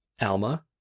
Alma